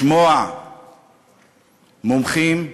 לשמוע מומחים,